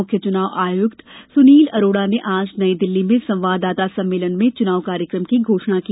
मुख्य चुनाव आयुक्त सुनील अरोड़ा ने आज नई दिल्ली में संवाददाता सम्मेलन में चुनाव कार्यक्रम की घोषणा की